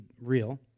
real